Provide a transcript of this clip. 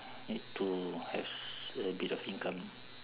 need to have s~ a bit of income